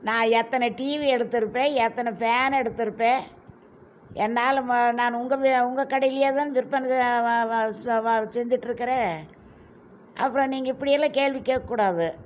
நான் எத்தனை டிவி எடுத்திருப்பேன் எத்தனை ஃபேன் எடுத்திருப்பேன் என்னால் நான் உங்கள் உங்கள் கடையிலேயே தான் விற்பனைக்கு செஞ்சிட்ருக்கிறேன் அப்புறம் நீங்கள் இப்படியெல்லாம் கேள்வி கேக்ககூடாது